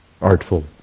artful